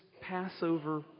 Passover